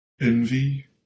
envy